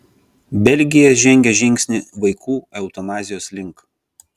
belgija žengė žingsnį vaikų eutanazijos link